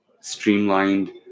streamlined